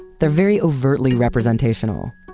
they're very overtly representational.